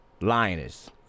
lioness